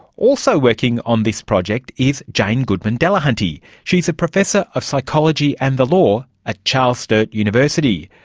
also working on this project is jane goodman-delahunty. she is a professor of psychology and the law at charles sturt university.